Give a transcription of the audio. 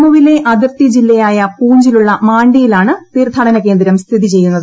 ജമ്മുവിലെ അതിർത്തി ജില്ലയായ പൂഞ്ചിലുള്ള മാണ്ഡിയിലാണ് തീർത്ഥാടന കേന്ദ്രം സ്ഥിതി ചെയ്യുന്നത്